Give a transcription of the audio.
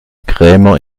krämer